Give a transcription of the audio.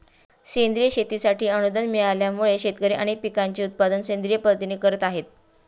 सेंद्रिय शेतीसाठी अनुदान मिळाल्यामुळे, शेतकरी अनेक पिकांचे उत्पादन सेंद्रिय पद्धतीने करत आहेत